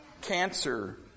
cancer